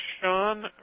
Sean